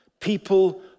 people